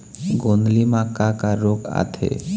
गोंदली म का का रोग आथे?